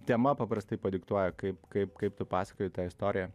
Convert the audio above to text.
tema paprastai padiktuoja kaip kaip kaip tu pasakoji tą istoriją